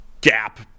gap